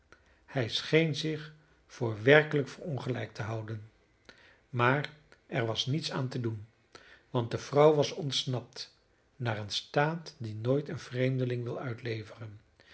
hij scheen zich voor werkelijk verongelijkt te houden maar er was niets aan te doen want de vrouw was ontsnapt naar een staat die nooit een vreemdeling wil uitleveren